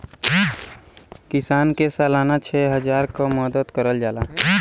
किसान के सालाना छः हजार क मदद करल जाला